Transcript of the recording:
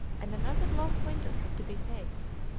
and another long winter had to be faced.